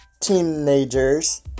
teenagers